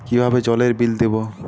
কিভাবে জলের বিল দেবো?